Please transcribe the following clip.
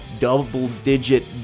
double-digit